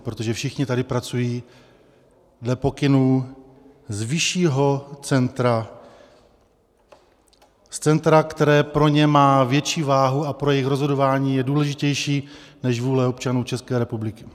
Protože všichni tady pracují dle pokynů z vyššího centra, z centra, které pro ně má větší váhu a pro jejich rozhodování je důležitější než vůle občanů České republiky.